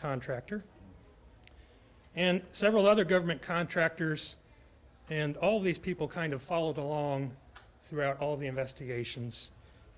contractor and several other government contractors and all these people kind of followed along throughout all of the investigations